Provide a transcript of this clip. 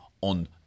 on